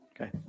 Okay